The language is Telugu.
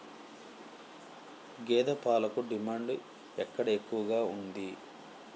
గేదె పాలకు డిమాండ్ ఎక్కడ ఎక్కువగా ఉంది?